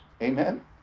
Amen